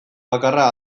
bakarra